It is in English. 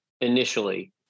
initially